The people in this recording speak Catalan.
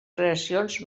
creacions